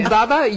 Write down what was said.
Baba